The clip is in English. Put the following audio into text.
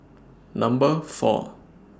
Number four